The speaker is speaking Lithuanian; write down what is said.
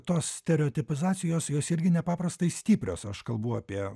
tos stereotipizacijos jos irgi nepaprastai stiprios aš kalbu apie